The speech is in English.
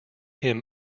him